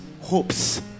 hopes